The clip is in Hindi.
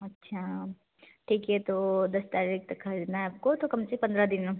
अच्छा ठीक है तो दस तारीख तक खरीदना है आपको तो कम से पन्द्रह दिन